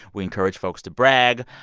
we encourage folks to brag.